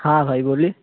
ہاں بھائی بولیے